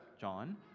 John